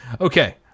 Okay